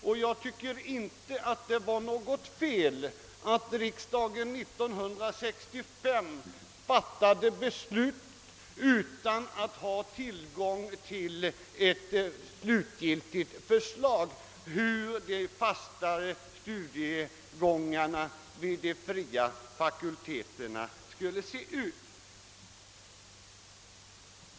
Det var därför enligt min mening inte något fel att riksdagen 1965 fattade beslut utan att ha tillgång till ett slutgiltigt förslag hur de fastare studiegångarna vid de fria fakulteterna skulle se ut.